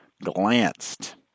glanced